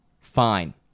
fine